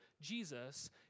Jesus